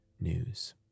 news